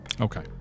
Okay